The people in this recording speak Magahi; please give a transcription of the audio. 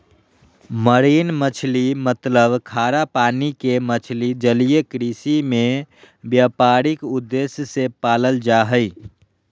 मरीन मछली मतलब खारा पानी के मछली जलीय कृषि में व्यापारिक उद्देश्य से पालल जा हई